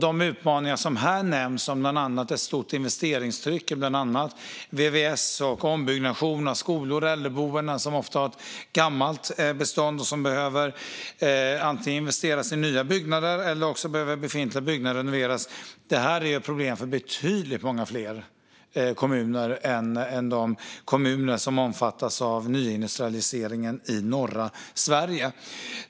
De utmaningar som här nämns handlar om bland annat ett stort investeringstryck på vvs och ombyggnation av skolor och äldreboenden. Det är kommuner som ofta har ett gammalt bestånd och som behöver antingen investera i nya byggnader eller renovera befintliga byggnader. Det här är ett problem för betydligt många fler kommuner än de som omfattas av nyindustrialiseringen i norra Sverige.